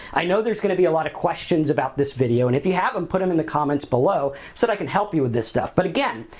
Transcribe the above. i know there's gonna be a lot of questions about this video and if you have them, and put them in the comments below so that i can help you with this stuff but, again,